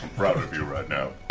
proud of you right now.